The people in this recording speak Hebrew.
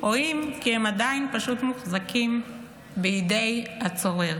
או אם כי הם עדיין פשוט מוחזקים בידי הצורר.